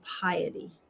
piety